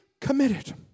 committed